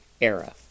era